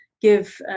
give